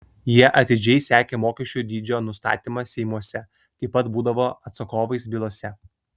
jie atidžiai sekė mokesčių dydžio nustatymą seimuose taip pat būdavo atsakovais bylose